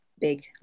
big